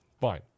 Fine